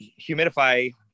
humidify